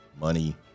money